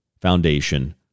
Foundation